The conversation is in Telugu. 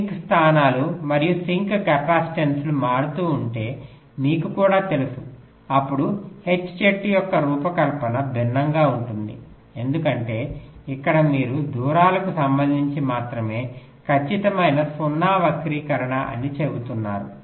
సింక్ స్థానాలు మరియు సింక్ కెపాసిటెన్సులు మారుతూ ఉంటే మీకు కూడా తెలుసు అప్పుడు H చెట్టు యొక్క రూపకల్పన భిన్నంగా ఉంటుంది ఎందుకంటే ఇక్కడ మీరు దూరాలకు సంబంధించి మాత్రమే ఖచ్చితమైన 0 వక్రీకరణ అని చెబుతున్నారు